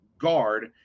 guard